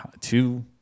two